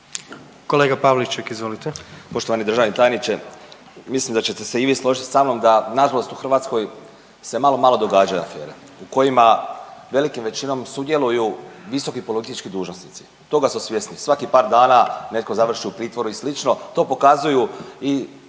suverenisti)** Poštovani državni tajniče, mislim da ćete se i vi složiti sa mnom da nažalost u Hrvatskoj se malo, malo događa afera u kojima velikim većinom sudjeluju visoki politički dužnosnici. Toga smo svjesni, svakih par dana netko završi u pritvoru i slično, to pokazuju i